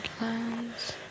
lands